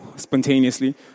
spontaneously